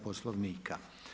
Poslovnika.